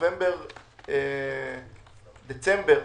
שנובמבר-דצמבר